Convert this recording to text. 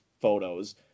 photos